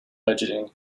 budgeting